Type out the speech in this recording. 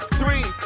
three